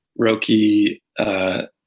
Roki